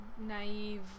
naive